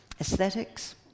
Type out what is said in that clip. Aesthetics